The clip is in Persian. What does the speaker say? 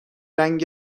رنگ